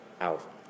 out